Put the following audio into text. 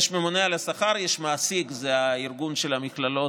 ממונה על השכר, יש מעסיק, שזה הארגון של המכללות,